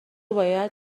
باید